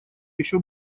еще